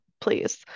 please